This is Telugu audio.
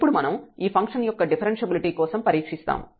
ఇప్పుడు మనం ఈ ఫంక్షన్ యొక్క డిఫరెన్ష్యబిలిటీ కోసం పరీక్షిస్తాము